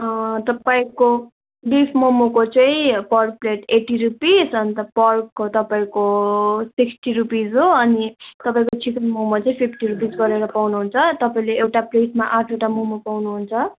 तपाईँको बिफ मोमोको चाहिँ पर प्लेट एट्टी रुपिस अन्त पोर्कको तपाईँको सिक्टी रुपिस हो अनि तपाईँको चिकन मोमो चाहिँ फिफ्टी रुपिस गरेर पाउनुहुन्छ तपाईँले एउटा प्लेटमा आठवटा मोमो पाउनुहुन्छ